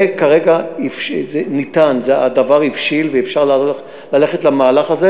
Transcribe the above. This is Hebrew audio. כרגע זה ניתן, הדבר הבשיל, ואפשר ללכת למהלך הזה.